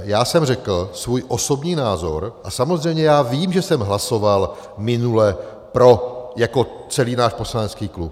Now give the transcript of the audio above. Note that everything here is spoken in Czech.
Já jsem řekl svůj osobní názor a samozřejmě vím, že jsem hlasoval minule pro jako celý náš poslanecký klub.